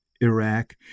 Iraq